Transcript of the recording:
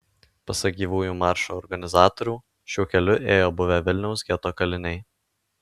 pasak gyvųjų maršo organizatorių šiuo keliu ėjo buvę vilniaus geto kaliniai